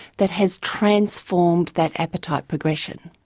that has transformed that appetite progression.